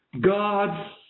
God